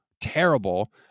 terrible